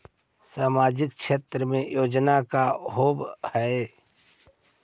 सामाजिक क्षेत्र के योजना का होव हइ?